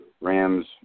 Rams